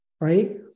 right